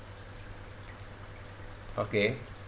okay